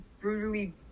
brutally